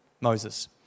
Moses